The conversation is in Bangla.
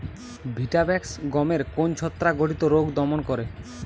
ভিটাভেক্স গমের কোন ছত্রাক ঘটিত রোগ দমন করে?